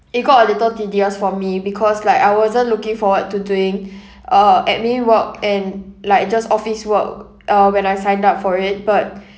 it got a little tedious for me because like I wasn't looking forward to doing uh admin work and like just office work uh when I signed up for it but